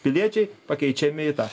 piliečiai pakeičiami į tą